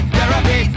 Therapy